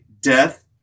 death